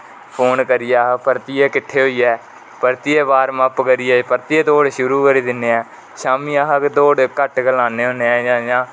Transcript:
phone करियै अस परतियै किट्ठे होइयै परतियै बारम अप करियै परतियै दौड़ शुरु करी दिने हा शामी अस दौड़ घट्ट गै लाने होने जां इयां